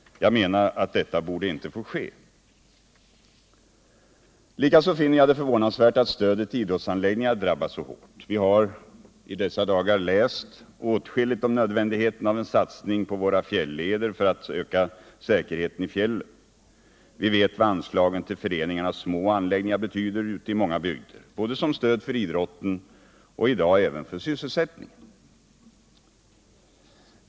Jag menar att det borde inte få ske. Likaså finner jag det förvånansvärt att stödet till idrottsanläggningar drabbas så hårt. Vi har i dessa dagar läst åtskilligt om nödvändigheten av en satsning på våra fjälleder för att öka säkerheten i fjällen. Vi vet också vad anslagen till föreningarnas små anläggningar betyder ute i många bygder, både som stöd för idrotten och i dag även för sysselsättningen.